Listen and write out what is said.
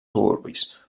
suburbis